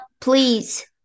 please